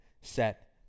set